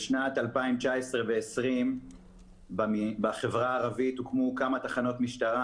בשנת 2019 ו-2020 בחברה הערבית הוקמו כמה תחנות משטרה.